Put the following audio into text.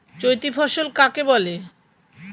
চৈতি ফসল কাকে বলে?